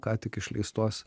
ką tik išleistos